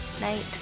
night